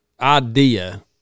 idea